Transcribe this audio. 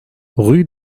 rue